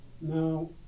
Now